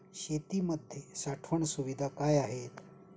शेतीमध्ये साठवण सुविधा काय आहेत?